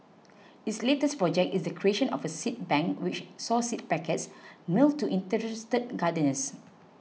its latest project is the creation of a seed bank which saw seed packets mailed to interested gardeners